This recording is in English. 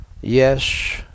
yes